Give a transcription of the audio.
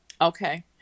Okay